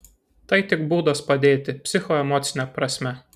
tai tik būdas padėti psichoemocine prasme